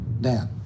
Dan